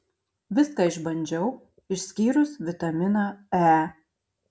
viską išbandžiau išskyrus vitaminą e